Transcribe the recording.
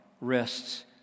rests